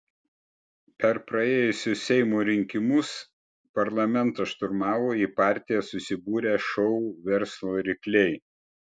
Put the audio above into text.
per praėjusius seimo rinkimus parlamentą šturmavo į partiją susibūrę šou verslo rykliai